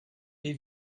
les